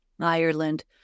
Ireland